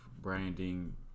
branding